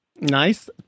Nice